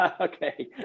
Okay